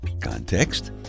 Context